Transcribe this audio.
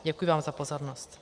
Děkuji vám za pozornost.